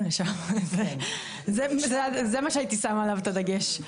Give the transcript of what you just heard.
לשם זה מה שהייתי עליו את הדגש.